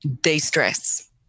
de-stress